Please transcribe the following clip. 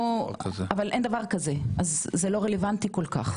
אבל אין דבר כזה אז זה לא רלוונטי כל כך.